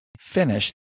finish